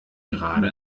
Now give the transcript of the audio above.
gerade